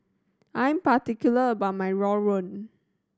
I'm particular about my rawon